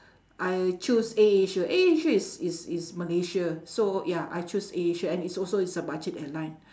I choose air-asia air-asia is is is malaysia so ya I choose air-asia and it's also it's a budget airline